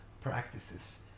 practices